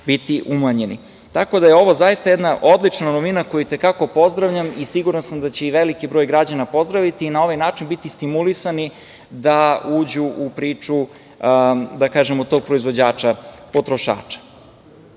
biti umanjeni. Tako da je ovo zaista jedna odlična novina koju i te kako pozdravljam i siguran sam da će veliki broj građana pozdraviti i na ovaj način biti stimulisani da uđu u priču tog proizvođača potrošača. Kada